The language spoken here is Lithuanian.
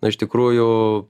na iš tikrųjų